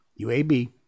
UAB